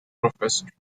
professor